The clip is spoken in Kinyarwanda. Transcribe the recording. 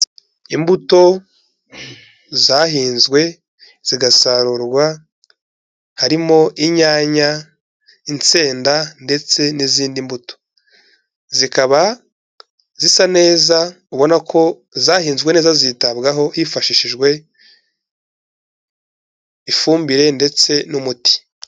Imbuto zahinzwe, zigasarurwa, harimo inyanya, insenda ndetse n'izindi mbuto, zikaba zisa neza ubona ko zahinzwe neza zitabwaho hifashishijwe ifumbire ndetse n'umuti.